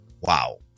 Wow